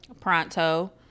Pronto